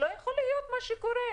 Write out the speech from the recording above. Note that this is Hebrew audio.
זה לא יכול להיות מה שקורה.